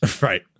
Right